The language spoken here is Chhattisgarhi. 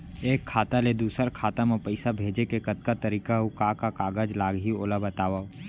एक खाता ले दूसर खाता मा पइसा भेजे के कतका तरीका अऊ का का कागज लागही ओला बतावव?